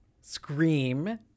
Scream